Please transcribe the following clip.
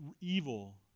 evil